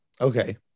Okay